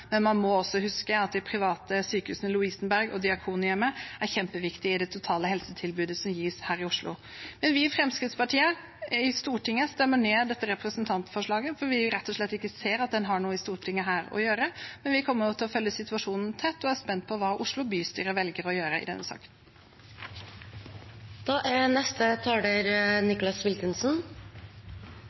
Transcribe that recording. Man må huske at også de private sykehusene, Lovisenberg og Diakonhjemmet, er kjempeviktige i det totale helsetilbudet som gis her i Oslo. Fremskrittspartiet her i Stortinget vil stemme ned dette representantforslaget, for vi ser rett og slett ikke at det har noe her i Stortinget å gjøre. Men vi kommer til å følge situasjonen tett og er spente på hva Oslo bystyre velger å gjøre i denne